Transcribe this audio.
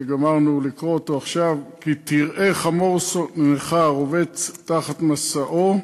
שגמרנו לקרוא אותו עכשיו: "כי תראה חמור שֹנאך רובץ תחת משאו,